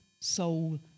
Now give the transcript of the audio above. soul